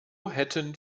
hätten